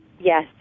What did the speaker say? Yes